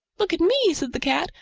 look at me, said the cat.